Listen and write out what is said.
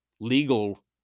legal